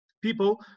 people